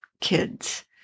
kids